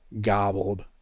gobbled